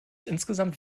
insgesamt